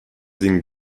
d’in